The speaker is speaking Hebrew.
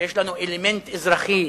שיש לנו אלמנט אזרחי,